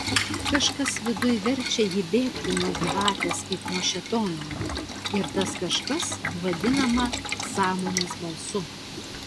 kažkas viduj verčia ji bėgti nuo gyvatės kaip nuo šėtono ir tas kažkas vadinama sąmonės balsu